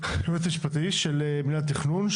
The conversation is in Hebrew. אתה יועץ משפטי של מינהל התכנון,